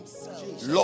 Lord